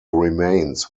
remains